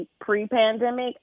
pre-pandemic